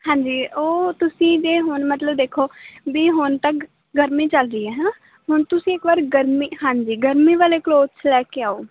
ਹਾਂਜੀ ਉਹ ਤੁਸੀਂ ਜੇ ਹੁਣ ਮਤਲਬ ਦੇਖੋ ਵੀ ਹੁਣ ਤੱਕ ਗਰਮੀ ਚੱਲ ਰਹੀ ਹੈ ਹੈ ਨਾ ਹੁਣ ਤੁਸੀਂ ਇੱਕ ਵਾਰ ਗਰਮੀ ਹਾਂਜੀ ਗਰਮੀ ਵਾਲੇ ਕਲੋਥਸ ਲੈ ਕੇ ਆਓ